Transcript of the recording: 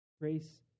Grace